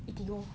eatigo